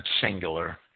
singular